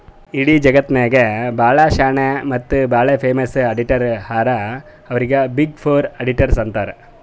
ಇಡೀ ಜಗತ್ನಾಗೆ ಭಾಳ ಶಾಣೆ ಮತ್ತ ಭಾಳ ಫೇಮಸ್ ಅಡಿಟರ್ ಹರಾ ಅವ್ರಿಗ ಬಿಗ್ ಫೋರ್ ಅಡಿಟರ್ಸ್ ಅಂತಾರ್